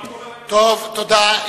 מה קורה, טוב, תודה.